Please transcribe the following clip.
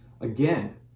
again